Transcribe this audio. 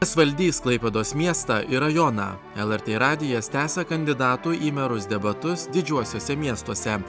kas valdys klaipėdos miestą ir rajoną lrt radijas tęsia kandidatų į merus debatus didžiuosiuose miestuose